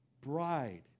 bride